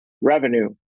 revenue